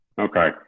Okay